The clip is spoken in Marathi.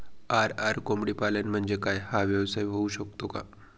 आर.आर कोंबडीपालन म्हणजे काय? हा व्यवसाय होऊ शकतो का?